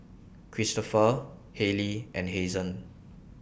Kristofer Hailie and Hazen